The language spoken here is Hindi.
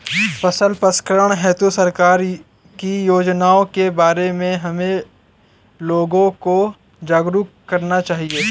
फसल प्रसंस्करण हेतु सरकार की योजनाओं के बारे में हमें लोगों को जागरूक करना चाहिए